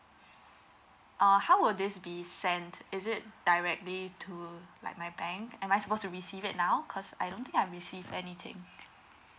uh how will this be sent is it directly to like my bank am I supposed to receive it now cause I don't think I receive anything